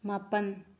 ꯃꯥꯄꯜ